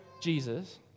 Jesus